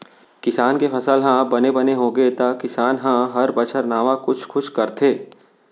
किसान के फसल ह बने बने होगे त किसान ह हर बछर नावा कुछ कुछ करथे